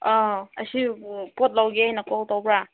ꯑꯧ ꯑꯁꯤꯕꯨ ꯄꯣꯠ ꯂꯧꯒꯦ ꯍꯥꯏꯅ ꯀꯣꯜ ꯇꯧꯕ꯭ꯔꯥ